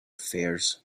fears